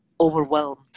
overwhelmed